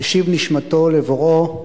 השיב נשמתו לבוראו,